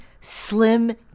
slim